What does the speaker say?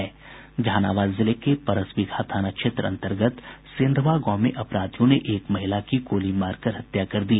जहानाबाद जिले के परसबिगहा थाना क्षेत्र अंतर्गत सेंधवा गांव में अपराधियों ने एक महिला की गोली मारकर हत्या कर दी